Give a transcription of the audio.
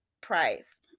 price